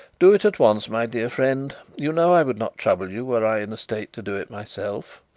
do it at once, my dear friend you know i would not trouble you, were i in a state to do it myself.